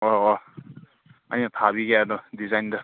ꯑꯣ ꯑꯣ ꯑꯩꯅ ꯊꯥꯕꯤꯒꯦ ꯑꯗꯣ ꯗꯤꯖꯥꯏꯟꯗꯣ